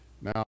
Now